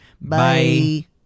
Bye